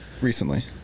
recently